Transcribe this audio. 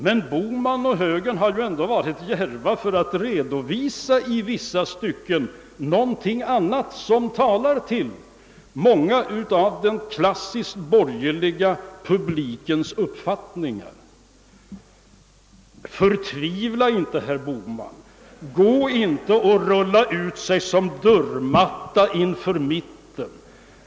Men herr Bohman och högern har varit djärva nog att i vissa stycken redovisa någonting annat, som kan väcka intresse hos en stor del av den klassiskt borgerliga publiken. Förtvivla inte, herr Bohman, gå inte och rulla ut er som dörrmatta för mitten.